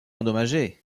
endommagée